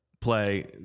play